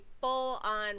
full-on